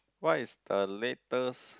what is the latest